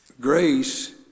grace